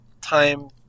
time